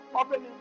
opening